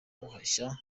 guhashya